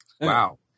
Wow